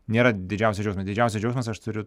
nėra didžiausias džiaugsmas didžiausias džiaugsmas aš turiu